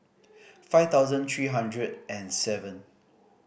five thousand three hundred and seven